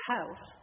Health